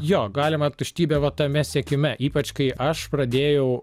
jo galima tuštybė va tame siekime ypač kai aš pradėjau